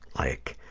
like,